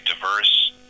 diverse